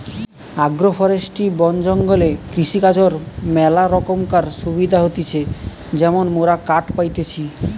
agro forestry বন জঙ্গলে কৃষিকাজর ম্যালা রোকমকার সুবিধা হতিছে যেমন মোরা কাঠ পাইতেছি